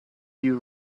you